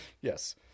Yes